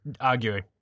arguing